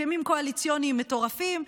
הסכמים קואליציוניים מטורפים,